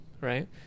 right